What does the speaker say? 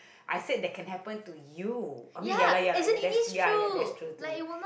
I said that can happen to you I mean ya lah ya lah ya that's ya ya that's true too